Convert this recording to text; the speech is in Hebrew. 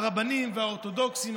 הרבנים והאורתודוקסים,